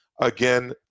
Again